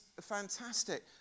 fantastic